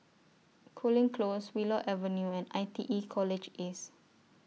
Cooling Close Willow Avenue and I T E College East